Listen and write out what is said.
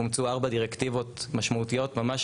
אומצו ארבע דירקטיבות משמעותיות ממש,